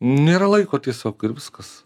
nėra laiko tiesiog ir viskas